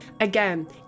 Again